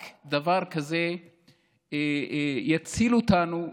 רק דבר כזה יציל אותנו,